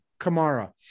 Kamara